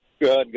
Good